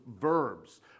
verbs